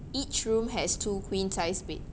each room has two queen size bed